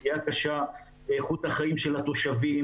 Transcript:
זאת פגיעה קשה באיכות החיים של התושבים